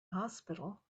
hospital